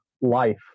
life